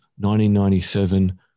1997